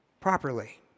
properly